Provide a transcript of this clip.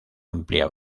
amplia